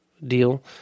deal